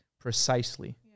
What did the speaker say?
Precisely